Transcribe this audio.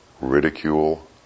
ridicule